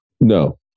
No